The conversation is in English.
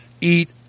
eat